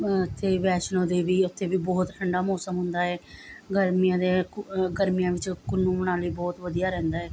ਇੱਥੇ ਵੈਸ਼ਨੋ ਦੇਵੀ ਉੱਥੇ ਵੀ ਬਹੁਤ ਠੰਡਾ ਮੌਸਮ ਹੁੰਦਾ ਏ ਗਰਮੀਆਂ ਦੇ ਗਰਮੀਆਂ ਵਿੱਚ ਕੁੱਲੂ ਮਨਾਲੀ ਬਹੁਤ ਵਧੀਆ ਰਹਿੰਦਾ